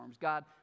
God